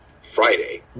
Friday